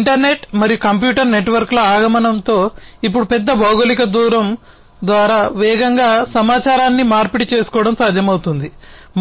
internet మరియు computer నెట్వర్క్ల ఆగమనంతో ఇప్పుడు పెద్ద భౌగోళిక దూరం ద్వారా వేగంగా సమాచారాన్ని మార్పిడి చేసుకోవడం సాధ్యమవుతుంది